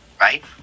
right